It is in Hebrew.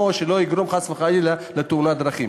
שלא יגרום חס וחלילה לתאונת דרכים.